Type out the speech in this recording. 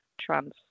trans